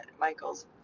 Michael's